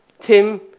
tim